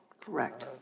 Correct